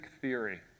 theory